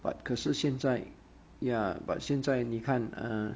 but 可是现在 ya but 现在你看 ah